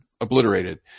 obliterated